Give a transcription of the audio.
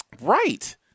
Right